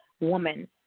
Woman